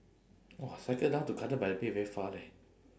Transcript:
!wah! cycle down to garden by the bay very far leh